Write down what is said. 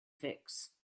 fix